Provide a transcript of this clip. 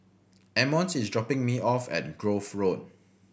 emmons is dropping me off at Grove Road